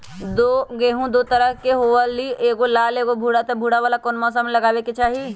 गेंहू दो तरह के होअ ली एगो लाल एगो भूरा त भूरा वाला कौन मौसम मे लगाबे के चाहि?